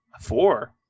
four